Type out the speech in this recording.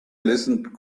listened